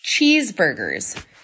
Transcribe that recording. Cheeseburgers